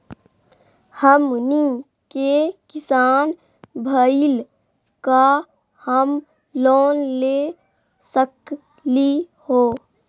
हमनी के किसान भईल, का हम लोन ले सकली हो?